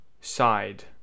side